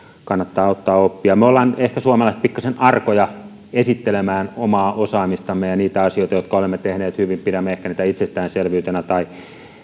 kannattaa ottaa oppia me suomalaiset olemme ehkä pikkasen arkoja esittelemään omaa osaamistamme ja niitä asioita jotka olemme tehneet hyvin pidämme ehkä niitä itsestäänselvyytenä tai